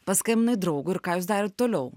paskambinai draugui ir ką jūs darėt toliau